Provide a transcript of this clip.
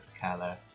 color